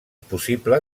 possible